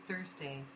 Thursday